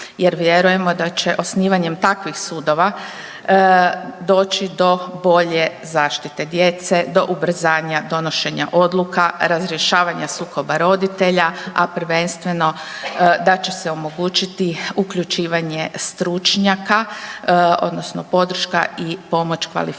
jer vjerujemo da će osnivanjem takvih sudova doći do bolje zaštite djece, do ubrzanja donošenja odluka, razrješavanja sukoba roditelja, a prvenstveno da će se omogućiti uključivanje stručnjaka odnosno podrška i pomoć kvalificiranih